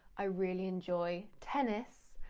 i really enjoy tennis.